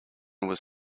was